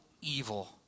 evil